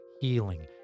healing